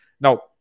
Now